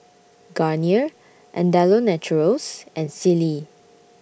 Garnier Andalou Naturals and Sealy